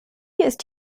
ist